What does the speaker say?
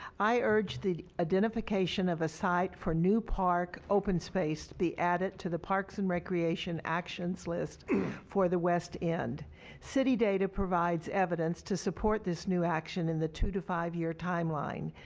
i urge the identification of a site for new park open space be added to the parks and recreation actions list for the west i and city data provides evidence to support this new actsion in the two to five-year time line.